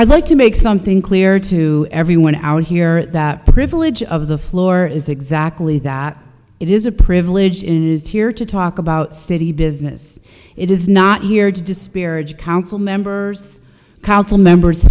i'd like to make something clear to everyone out here that privilege of the floor is exactly that it is a privilege it is here to talk about city business it is not here to disparage council members council members